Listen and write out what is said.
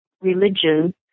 religion